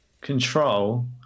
Control